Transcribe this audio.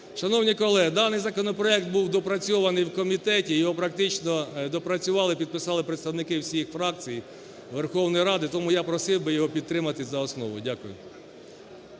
Шановні колеги, даний законопроект був доопрацьований у комітеті і його практично доопрацювали і підписали представники всіх фракцій Верховної Ради. Тому я просив би його підтримати за основу. Дякую.